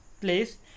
place